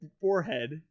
forehead